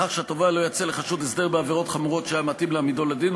לכך שהתובע לא יציע לחשוד הסדר בעבירות חמורות שהיה מתאים להעמידו לדין,